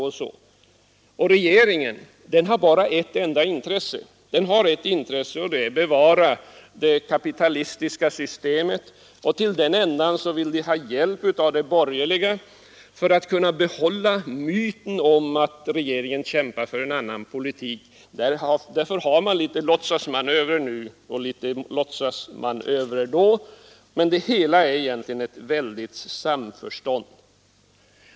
Och regeringen har bara ett enda intresse — att bevara det kapitalistiska systemet. Till den änden vill den ha hjälp av de borgerliga för att kunna behålla myten om att regeringen kämpar för en annan politik. Därför har man låtsasmanöver lite nu och då. Men det hela är egentligen ett enda väldigt samförstånd.